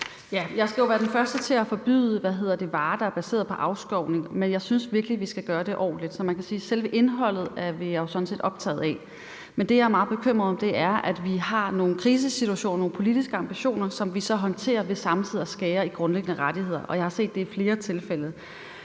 Jeg skal jo være den første til at forbyde varer, der er baseret på afskovning, men jeg synes virkelig, vi skal gøre det ordentligt. Så man kan sige, at selve indholdet er jeg jo sådan set optaget af, men det, jeg er meget bekymret over, er, at vi har nogle krisesituationer og nogle politiske ambitioner, som vi så håndterer ved samtidig at skære i grundlæggende rettigheder, og jeg har set det i flere tilfælde.